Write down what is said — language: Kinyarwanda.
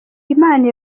imana